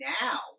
now